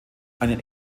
einen